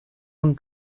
von